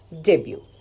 debut